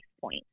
point